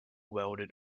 welded